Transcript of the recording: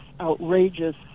outrageous